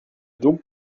donc